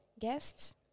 guests